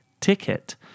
ticket